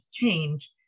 Change